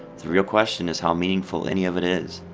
the real question is how meaningful any of it is.